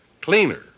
cleaner